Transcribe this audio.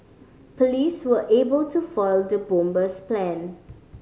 police were able to foil the bomber's plan